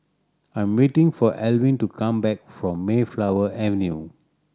I am waiting for Elvin to come back from Mayflower Avenue